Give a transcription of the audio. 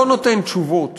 לא נותן תשובות